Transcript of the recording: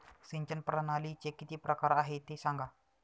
सिंचन प्रणालीचे किती प्रकार आहे ते सांगा